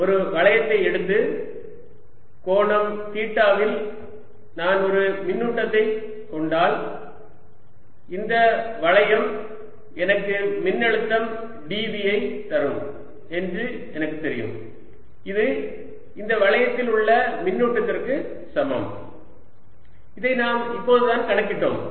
ஒரு வளையத்தை எடுத்து கோணம் தீட்டாவில் நான் ஒரு மின்னூட்டத்தை கொண்டால் இந்த வளையம் எனக்கு மின்னழுத்தம் dv ஐ தரும் என்று எனக்குத் தெரியும் இது இந்த வளையத்தில் உள்ள மின்னூட்டத்திற்கு சமம் இதை நாம் இப்போதுதான் கணக்கிட்டோம்